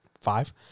five